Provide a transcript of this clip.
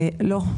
לא.